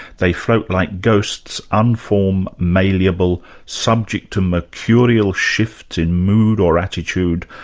they float like ghosts, unformed, malleable, subject to mercurial shifts in mood or attitude,